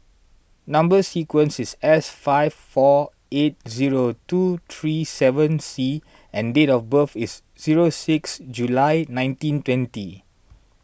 Number Sequence is S five four eight zero two three seven C and date of birth is zero six July nineteen twenty